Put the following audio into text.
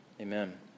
Amen